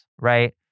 right